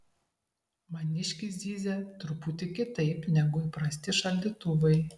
maniškis zyzia truputį kitaip negu įprasti šaldytuvai